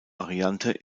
variante